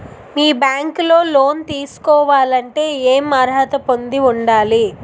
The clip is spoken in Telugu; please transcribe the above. మీ బ్యాంక్ లో లోన్ తీసుకోవాలంటే ఎం అర్హత పొంది ఉండాలి?